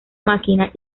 máquina